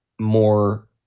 more